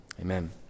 amen